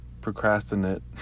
procrastinate